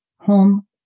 home